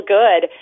good